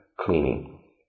cleaning